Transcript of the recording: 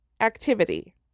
activity